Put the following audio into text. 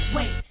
Wait